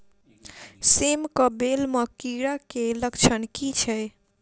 सेम कऽ बेल म कीड़ा केँ लक्षण की छै?